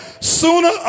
Sooner